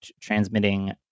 transmitting